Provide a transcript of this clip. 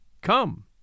Come